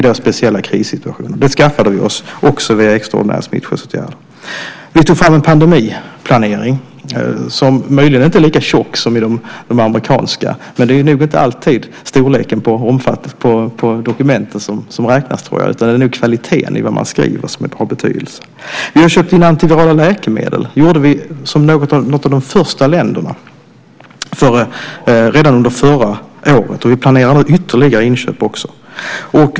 Det skaffade vi oss också via extraordinära smittskyddsåtgärder. Vi tog fram en pandemiplanering som möjligen inte är lika tjock som den amerikanska, men det är nog inte alltid omfattningen på dokumentet som räknas. Det är nog kvaliteten på vad man skriver som har betydelse. Vi har köpt in antivirala läkemedel. Det gjorde vi som ett av de första länderna redan under förra året. Vi planerar ytterligare inköp också.